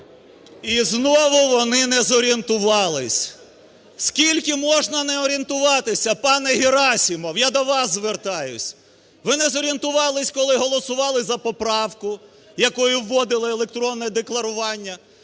І знову вони не зорієнтувались. Скільки можна не орієнтуватися, пане Герасимов, я до вас звертаюсь. Ви не зорієнтувались, коли голосували за поправку, якою вводили електронне декларування,